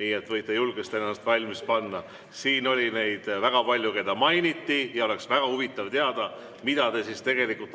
nii et võite julgesti ennast valmis panna. Siin oli väga palju neid, keda mainiti, ja oleks väga huvitav teada, mida te